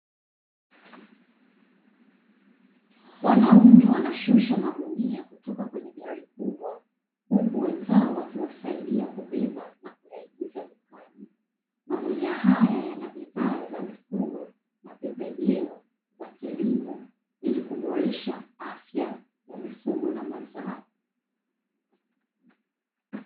Wanaume wanashusha magunia kutoka kwenye gari kubwa, huku wenzao wakiwasaidia kubeba na kuyaingiza dukani. Magunia haya yana bidhaa za mifugo na pembejeo za kilimo ili kuboresha afya za kilimo na mazao.